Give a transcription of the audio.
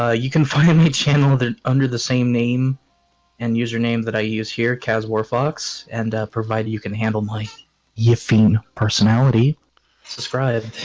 ah you can find my channel that under the same name and username that i use here kaz war fox and provider you can handle my you fein personality subscribe